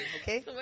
okay